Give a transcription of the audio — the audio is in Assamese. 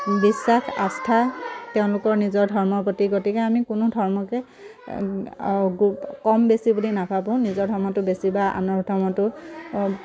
বিশ্বাস আস্থা তেওঁলোকৰ নিজৰ ধৰ্মৰ প্ৰতি গতিকে আমি কোনো ধৰ্মকে কম বেছি বুলি নাভাবোঁ নিজৰ ধৰ্মটো বেছি বা আনৰ ধৰ্মটো